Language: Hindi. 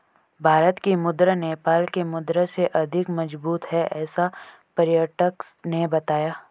भारत की मुद्रा नेपाल के मुद्रा से अधिक मजबूत है ऐसा पर्यटक ने बताया